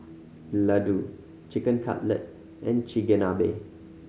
Ladoo Chicken Cutlet and Chigenabe